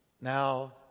Now